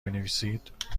بنویسید